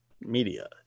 media